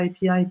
IP